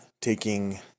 taking